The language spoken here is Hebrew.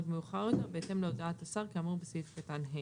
מאוחר יותר בהתאם להודעת השר כאמור בסעיף קטן (ה).